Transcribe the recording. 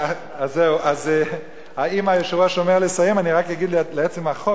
אם היושב-ראש אומר לסיים אני רק אגיד לעצם החוק.